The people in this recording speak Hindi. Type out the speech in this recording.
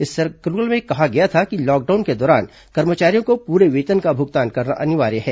इस सर्कुलर में कहा गया था कि लॉकडाउन के दौरान कर्मचारियों को पूरे वेतन का भुगतान करना अनिवार्य है